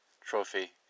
trophy